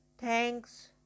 Thanks